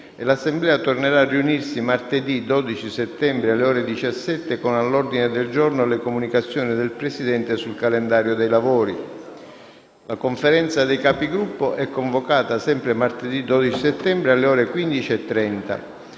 L'Assemblea tornerà a riunirsi martedì 12 settembre, alle ore 17, con all'ordine del giorno le comunicazioni del Presidente sul calendario dei lavori. La Conferenza dei Capigruppo è convocata, sempre martedì 12 settembre, alle ore 15.30.